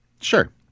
Sure